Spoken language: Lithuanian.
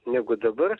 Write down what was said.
negu dabar